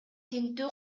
тинтүү